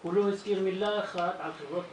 הוא לא הזכיר מילה אחת על חברות פרטיות,